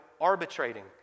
arbitrating